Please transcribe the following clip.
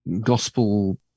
gospel